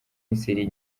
misiri